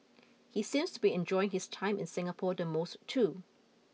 he seems to be enjoying his time in Singapore the most too